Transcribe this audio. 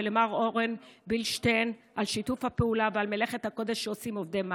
ולמר אורן בלושטיין על שיתוף הפעולה ועל מלאכת הקודש שעושים עובדי מד"א.